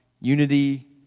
unity